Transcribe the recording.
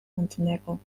montenegro